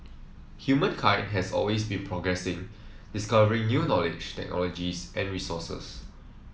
humankind has always been progressing discovering new knowledge technologies and resources